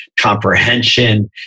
comprehension